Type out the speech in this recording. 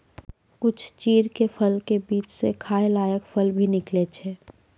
कुछ चीड़ के फल के बीच स खाय लायक फल भी निकलै छै